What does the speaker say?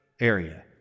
area